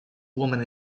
women